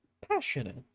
Passionate